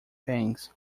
things